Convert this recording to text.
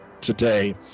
today